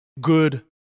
good